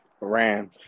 Rams